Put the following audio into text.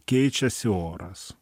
keičiasi oras